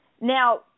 Now